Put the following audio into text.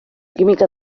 química